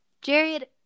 Jared